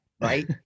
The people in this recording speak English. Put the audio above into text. right